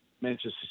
Manchester